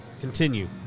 continue